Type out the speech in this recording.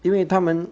因为他们